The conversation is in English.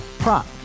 Prop